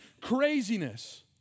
craziness